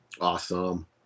awesome